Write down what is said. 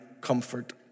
comfort